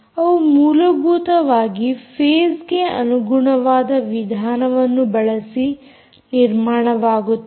ಅವು ಮೂಲಭೂತವಾಗಿ ಫೇಸ್ಗೆ ಅನುಗುಣವಾದ ವಿಧಾನವನ್ನು ಬಳಸಿ ನಿರ್ಮಾಣವಾಗುತ್ತದೆ